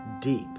deep